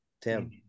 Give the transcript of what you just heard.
Tim